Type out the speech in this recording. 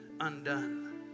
undone